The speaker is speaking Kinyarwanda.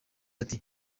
ati